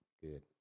Good